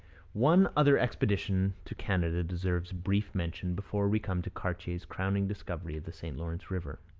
one other expedition to canada deserves brief mention before we come to cartier's crowning discovery of the st lawrence river.